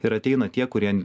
ir ateina tie kurien